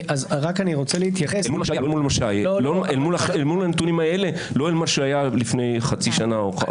אני אומר אל מול הנתונים האלה ולא אל מה שהיה לפני חצי שנה או פחות.